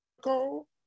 call